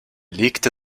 legte